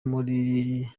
muri